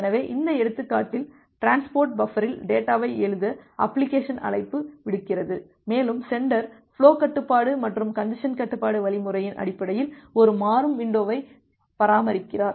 எனவே இந்த எடுத்துக்காட்டில் டிரான்ஸ்போர்ட் பஃபரில் டேட்டாவை எழுத அப்ளிகேஷன் அழைப்பு விடுக்கிறது மேலும் சென்டர் ஃபுலோ கட்டுப்பாடு மற்றும் கஞ்ஜசன் கட்டுப்பாட்டு வழிமுறையின் அடிப்படையில் ஒரு மாறும் வின்டோவை பராமரிக்கிறார்